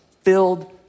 filled